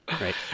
right